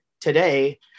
today